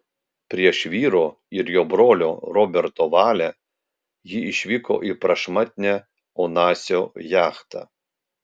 prieš vyro ir jo brolio roberto valią ji išvyko į prašmatnią onasio jachtą